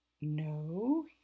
No